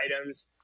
items